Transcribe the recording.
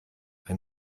ein